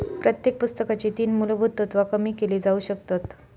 प्रत्येक पुस्तकाची तीन मुलभुत तत्त्वा कमी केली जाउ शकतत